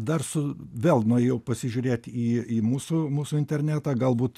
dar su vėl nuėjau pasižiūrėt į į mūsų mūsų internetą galbūt